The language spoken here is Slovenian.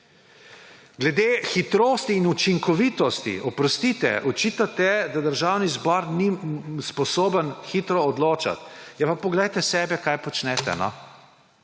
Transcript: Glede hitrosti in učinkovitosti. Oprostite, očitate, da Državni zbor ni sposoben hitro odločati. Pa poglejte sebe, kaj počnete.